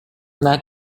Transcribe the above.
that